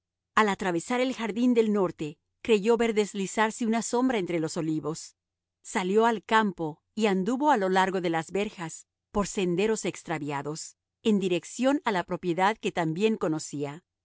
al atravesar el jardín del norte creyó ver deslizarse una sombra entre los olivos salió al campo y anduvo a lo largo de las verjas por senderos extraviados en dirección a la propiedad que tan bien conocía